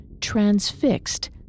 Transfixed